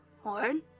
Horn